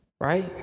right